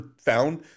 found